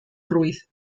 ruiz